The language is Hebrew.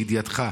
לידיעתך: